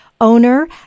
owner